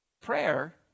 Prayer